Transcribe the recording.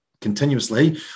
continuously